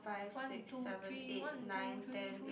one two three one two three three